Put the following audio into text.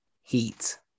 heat